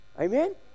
Amen